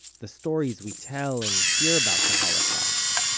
the stories we tell and hear about the holocaust,